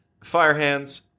Firehands